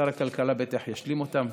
שר הכלכלה בטח ישלים אותם.